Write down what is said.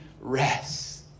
rest